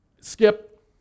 Skip